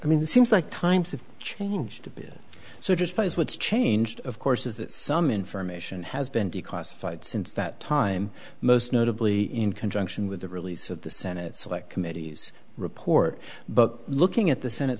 i mean that seems like times have changed a bit so despise what's changed of course is that some information has been declassified since that time most notably in conjunction with the release of the senate select committee's report but looking at the senate